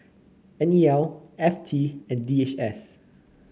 N E L F T and D H S